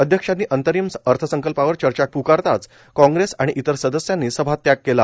अध्यक्षांनी अंतरिम अर्थसंकल्पावर चर्चा प्कारताच काँग्रेस आणि इतर सदस्यांनी सभात्याग केला